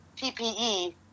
PPE